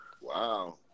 Wow